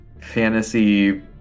fantasy